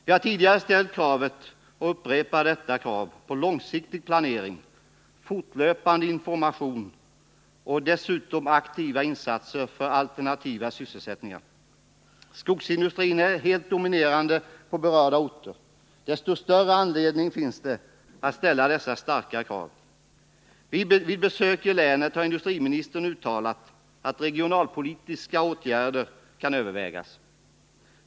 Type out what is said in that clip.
Jag har tidigare ställt krav på — och jag upprepar det kravet — långsiktig planering, fortlöpande information och dessutom aktiva insatser för alternativa sysselsättningar. Skogsindustrin är den helt dominerande på berörda orter. Desto större anledning finns det att resa dessa starka krav. Vid besök i länet har industriministern uttalat att regionalpolitiska åtgärder kan övervägas.